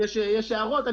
יש הערות.